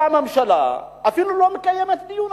באה הממשלה ואפילו לא מקיימת דיון,